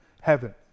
heaven